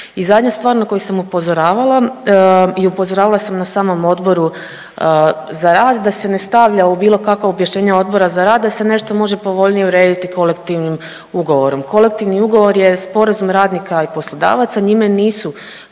I zadnja stvar na koju sam upozoravala i upozoravala sam na samom Odboru za rad, da se ne stavlja u bilo kakva objašnjenja Odbora za rad, da se nešto može povoljnije urediti kolektivnim ugovorom. Kolektivni ugovor je sporazum radnika i poslodavaca, njime nisu